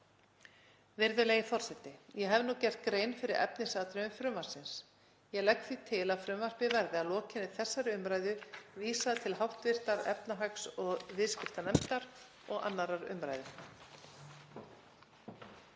Virðulegi forseti. Ég hef nú gert grein fyrir efnisatriðum frumvarpsins og legg því til að frumvarpinu verði að lokinni þessari umræðu vísað til hv. efnahags- og viðskiptanefndar og 2. umræðu.